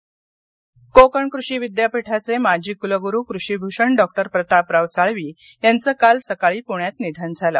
निधन रत्नागिरी कोकण कृषी विद्यापीठाचे माजी कूलगुरू कृषिभूषण डॉक्टर प्रतापराव साळवी यांचं काल सकाळी पृण्यात निधन झालं